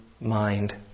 mind